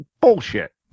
Bullshit